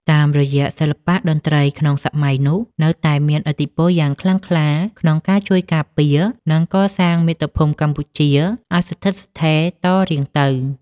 តាមរយៈសិល្បៈតន្ត្រីក្នុងសម័យនោះ នៅតែមានឥទ្ធិពលយ៉ាងខ្លាំងក្លាក្នុងការជួយការពារ និងកសាងមាតុភូមិកម្ពុជាឱ្យស្ថិតស្ថេរតរៀងទៅ។